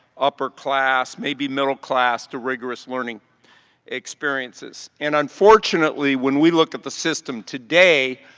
upper class, maybe middle class to rigorous learning experiences. and unfortunately, when we look at the system today,